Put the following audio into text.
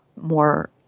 more